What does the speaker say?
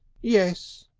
yes.